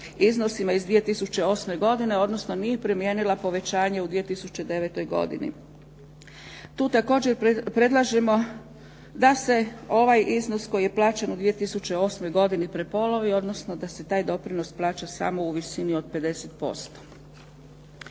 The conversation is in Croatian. iznosima iz 2008. godine, odnosno nije primijenila povećanje u 2009. godini. Tu također predlažemo da se ovaj iznos koji je plaćen u 2008. godini prepolovi, odnosno da se taj doprinos plaća samo u visini od 50%.